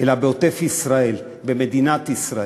אלא בעוטף-ישראל, במדינת ישראל.